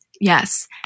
Yes